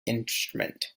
instrument